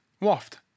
Waft